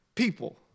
people